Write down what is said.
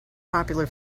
popular